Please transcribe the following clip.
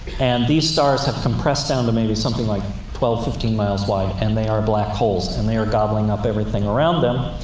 and these stars have compressed down to maybe something like twelve, fifteen miles wide, and they are black holes. and they are gobbling up everything around them,